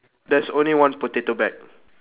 there's only one potato bag